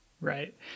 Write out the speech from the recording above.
right